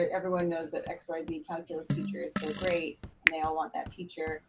ah everyone knows that xyz calculus teacher is so great and they all want that teacher.